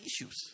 issues